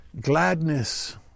gladness